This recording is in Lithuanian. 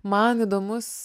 man įdomus